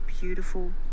beautiful